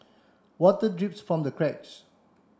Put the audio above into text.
water drips from the cracks